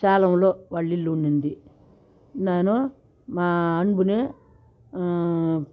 సేలంలో వాళ్ళ ఇల్లు ఉండింది నేను మా అంబుని